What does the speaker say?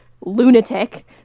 lunatic